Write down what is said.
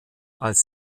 als